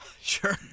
sure